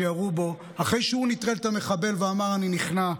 שירו בו אחרי שהוא נטרל את המחבל ואמר: אני נכנע.